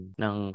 ng